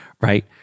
right